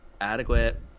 Adequate